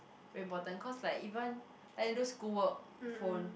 very important cause like even like you do school work phone